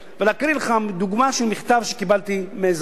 ולהקריא לך דוגמה של מכתב שקיבלתי מאזרח,